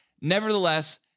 nevertheless